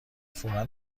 فورا